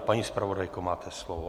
Paní zpravodajko, máte slovo.